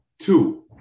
Two